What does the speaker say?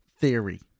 theory